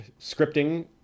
scripting